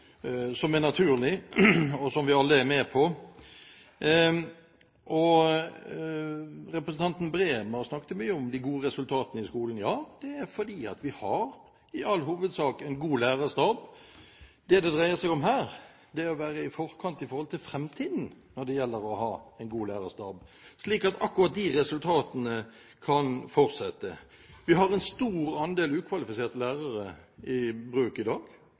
som er satt inn, som er naturlige, og som vi alle er med på. Representanten Breen snakket mye om de gode resultatene i skolen. Ja, det er fordi vi i all hovedsak har en god lærerstab. Det det dreier seg om her, er å være i forkant når det gjelder å ha en god lærerstab i framtiden, slik at vi fortsatt kan ha disse resultatene. Vi har en stor andel ukvalifiserte lærere i dag,